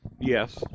yes